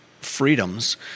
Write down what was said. freedoms